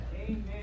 Amen